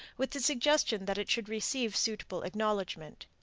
with the suggestion that it should receive suitable acknowledgment.